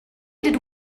did